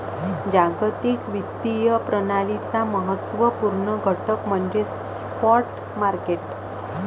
जागतिक वित्तीय प्रणालीचा महत्त्व पूर्ण घटक म्हणजे स्पॉट मार्केट